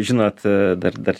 žinot dar dar